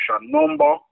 number